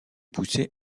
poussé